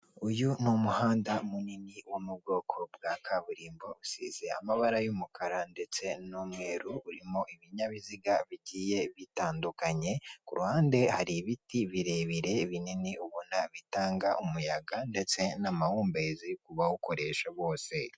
Uyu ni umuhanda munini wo mu bwoko bwa kaburimbo usize amabara y'umukara ndetse n'umweru, urimo ibinyabiziga bigiye bitandukanye ku ruhande hari ibiti birebire binini ubona bitanga umuyaga ndetse n'amahumbezi ku bawukoresha bose.